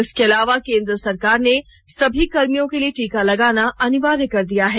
इसके अलावा केंद्र सरकार ने सभी कर्मियों के लिए टीका लगाना अनिवार्य कर दिया है